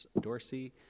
Dorsey